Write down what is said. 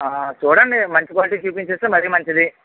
ఆ చూడండి మంచి క్వాలిటీ చూపించేస్తే మరీ మంచిది